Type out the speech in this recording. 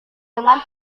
dengan